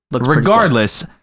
regardless